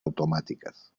automáticas